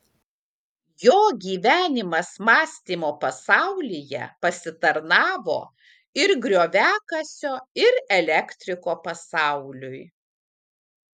jo gyvenimas mąstymo pasaulyje pasitarnavo ir grioviakasio ir elektriko pasauliui